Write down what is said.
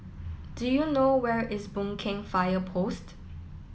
do you know where is Boon Keng Fire Post